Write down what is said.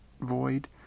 void